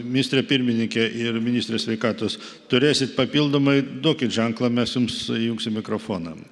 ministre pirmininke ir ministre sveikatos turėsit papildomai duokit ženklą mes jums įjungsim mikrofoną